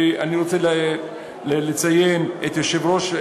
קודם כול אני רוצה לציין את קודמי,